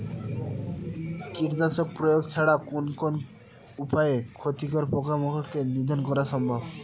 কীটনাশক প্রয়োগ ছাড়া কোন কোন উপায়ে ক্ষতিকর পোকামাকড় কে নিধন করা সম্ভব?